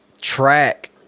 track